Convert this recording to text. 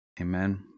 Amen